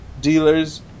dealers